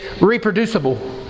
reproducible